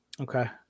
Okay